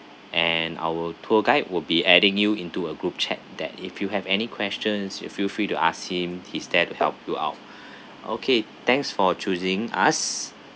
and our tour guide will be adding you into a group chat that if you have any questions you feel free to ask him he's there to help you out okay thanks for choosing us